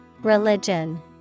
Religion